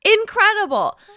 Incredible